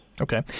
Okay